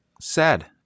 sad